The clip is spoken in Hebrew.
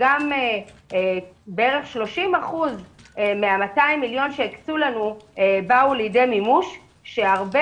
שגם בערך 30% מה-200 מיליון שהוקצו לנו באו לידי מימוש שהרבה